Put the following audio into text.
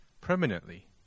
permanently